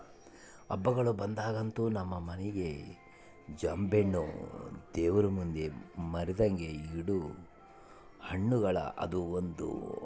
ಹಬ್ಬಗಳು ಬಂದಾಗಂತೂ ನಮ್ಮ ಮನೆಗ ಜಾಂಬೆಣ್ಣು ದೇವರಮುಂದೆ ಮರೆದಂಗ ಇಡೊ ಹಣ್ಣುಗಳುಗ ಅದು ಒಂದು